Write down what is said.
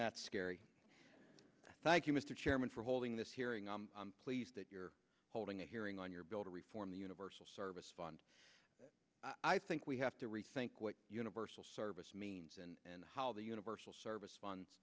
that scary thank you mr chairman for holding this hearing i'm pleased that you're holding a hearing on your bill to reform the universal service fund i think we have to rethink what universal service means and how the universal service fund